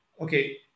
Okay